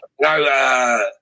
no